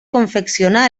confecciona